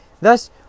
Thus